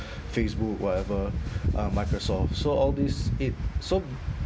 facebook whatever uh microsoft so all this it so